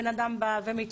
ועם